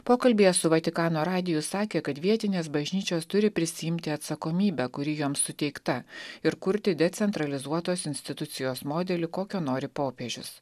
pokalbyje su vatikano radiju sakė kad vietinės bažnyčios turi prisiimti atsakomybę kuri joms suteikta ir kurti decentralizuotos institucijos modelį kokio nori popiežius